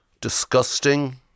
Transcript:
disgusting